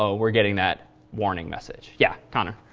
ah we're getting that warning message. yeah, connor